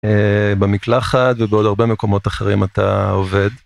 במקלחת ובעוד הרבה מקומות אחרים אתה עובד.